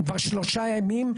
בשלושה ימים,